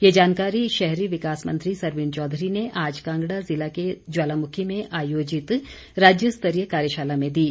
ये जानकारी शहरी विकास मंत्री सरवीण चौधरी ने आज कांगड़ा जिला के ज्वालामुखी में आयोजित राज्यस्तरीय कार्यशाला में दी